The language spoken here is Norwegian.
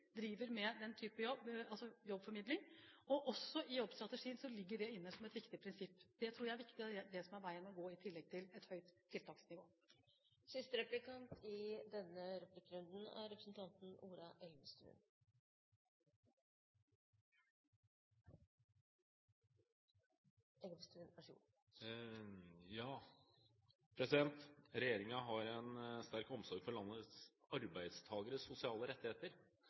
driver med den type jobbformidling. Også i jobbstrategien ligger det inne som et viktig prinsipp. Det tror jeg er viktig, det er det som er veien å gå i tillegg til å ha et høyt tiltaksnivå. Regjeringen har en sterk omsorg for landets arbeidstakeres sosiale rettigheter. Men det fremstår ikke som om det er like sterk omsorg for selvstendige næringsdrivendes sosiale rettigheter.